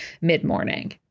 mid-morning